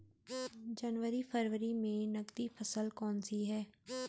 जनवरी फरवरी में नकदी फसल कौनसी है?